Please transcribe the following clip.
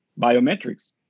biometrics